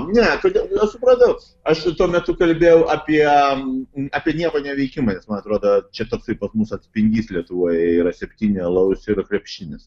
ne todėl aš supratau aš tuo metu kalbėjau apie apie nieko neveikimą nes man atrodo čia toksai pat mūsų atspindys lietuvoje yra septyni alaus tai yra krepšinis